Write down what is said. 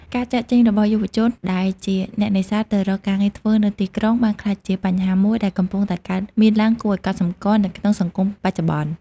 ការចាកចេញរបស់យុវជនដែលជាអ្នកនេសាទទៅរកការងារធ្វើនៅទីក្រុង បានក្លាយជាបញ្ហាមួយដែលកំពុងតែកើតមានឡើងគួរឲ្យកត់សម្គាល់នៅក្នុងសង្គមបច្ចុប្បន្ន។